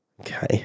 Okay